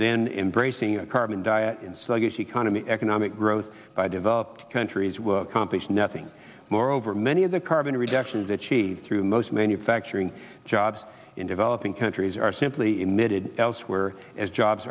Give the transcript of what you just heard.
then embrace the a carbon diet in sluggish economy economic growth by developed countries will accomplish nothing moreover many of the carbon reductions that she threw most manufacturing jobs in developing countries are simply emitted elsewhere as jobs